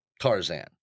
Tarzan